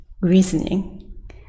reasoning